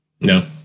No